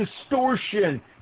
Distortion